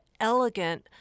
elegant